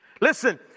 Listen